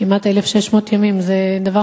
כמעט 1,600 ימים, זה דבר